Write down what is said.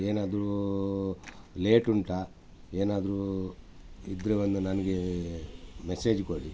ಏನಾದ್ರು ಲೇಟ್ ಉಂಟಾ ಏನಾದ್ರು ಇದ್ದರೆ ಒಂದು ನನ್ಗೆ ಮೆಸೇಜ್ ಕೊಡಿ